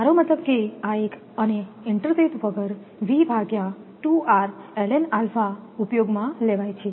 મારો મતલબ કે આ એક અને ઇન્ટરસેથ વગર ઉપયોગમાં લેવાય છે